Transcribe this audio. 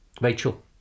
Rachel